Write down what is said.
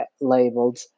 labeled